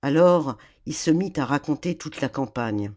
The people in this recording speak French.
alors il se mit à raconter toute la campagne